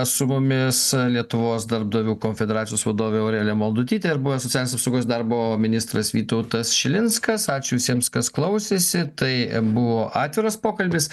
su mumis lietuvos darbdavių konfederacijos vadovė aurelija maldutytė ir buvęs socialinės apsaugos darbo ministras vytautas šilinskas ačiū visiems kas klausėsi tai buvo atviras pokalbis